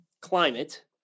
climate